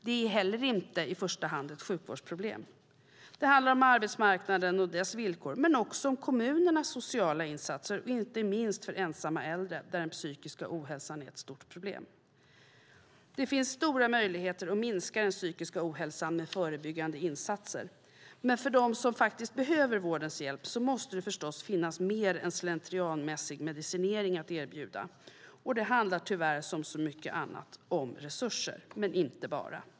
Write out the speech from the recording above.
Det är inte heller i första hand ett sjukvårdsproblem, utan det handlar om arbetsmarknaden och dess villkor samt om kommunernas sociala insatser - inte minst för ensamma äldre, där den psykiska ohälsan är ett stort problem. Det finns stora möjligheter att minska den psykiska ohälsan med förebyggande insatser. Men för dem som faktiskt behöver vårdens hjälp måste det förstås finnas mer än slentrianmässig medicinering att erbjuda. Det handlar tyvärr, som så mycket annat, om resurser, men inte bara.